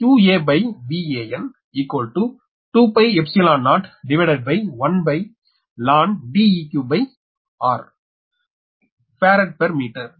எனவே farad per metre